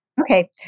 Okay